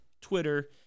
twitter